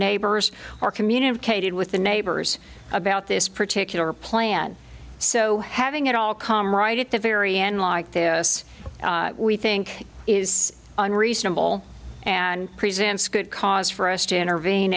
neighbors or communicated with the neighbors about this particular plan so having it all come right at the very end like this we think is unreasonable and presents good cause for us to intervene